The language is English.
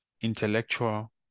intellectual